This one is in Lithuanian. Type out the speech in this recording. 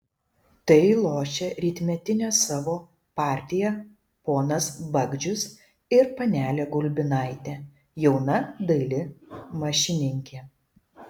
tai lošia rytmetinę savo partiją ponas bagdžius ir panelė gulbinaitė jauna daili mašininkė